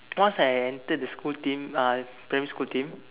once I entered the school team uh primary school team